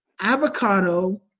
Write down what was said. avocado